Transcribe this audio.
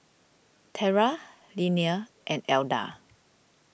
Tera Linnea and Elda